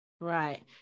Right